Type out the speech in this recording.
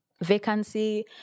vacancy